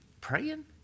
praying